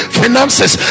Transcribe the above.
finances